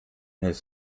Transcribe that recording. his